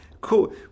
Cool